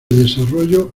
desarrollo